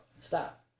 stop